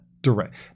direct